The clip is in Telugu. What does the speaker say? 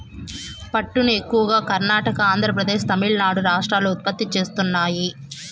పట్టును ఎక్కువగా కర్ణాటక, ఆంద్రప్రదేశ్, తమిళనాడు రాష్ట్రాలు ఉత్పత్తి చేస్తున్నాయి